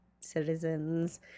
citizens